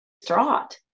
distraught